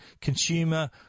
Consumer